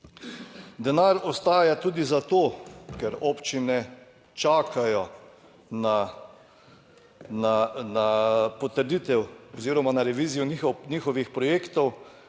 Denar ostaja tudi zato, ker občine čakajo na potrditev oziroma na revizijo njihovih projektov,